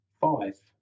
five